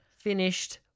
finished